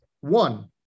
One